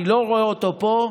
אני לא רואה אותו פה,